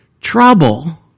Trouble